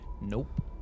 Nope